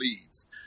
leads